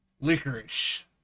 licorice